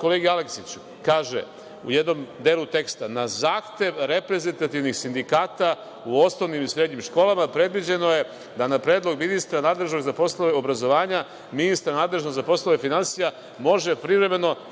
kolegi Aleksiću, kaže u jednom delu teksta – na zahtev reprezentativnih sindikata u osnovnim i srednjim školama predviđeno je da na predlog ministra nadležnost za poslove obrazovanja, ministar nadležan za poslove finansija može privremeno